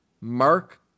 Mark